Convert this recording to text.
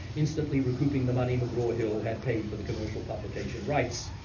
instantly recouping the money mcgraw-hill had paid for the commercial publication rights.